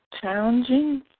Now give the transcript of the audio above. challenging